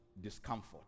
discomfort